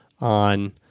on